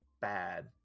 bad